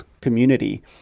community